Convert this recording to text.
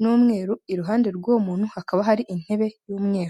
n'umweru, iruhande rw'uwo muntu hakaba hari intebe y'umweru.